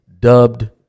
dubbed